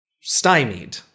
stymied